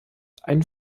einen